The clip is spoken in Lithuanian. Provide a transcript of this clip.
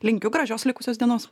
linkiu gražios likusios dienos